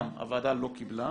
גם, הוועדה לא קיבלה.